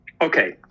Okay